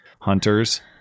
hunters